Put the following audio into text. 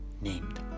named